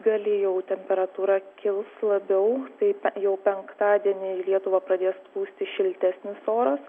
galį jau temperatūra kils labiau tai jau penktadienį į lietuvą pradės plūsti šiltesnis oras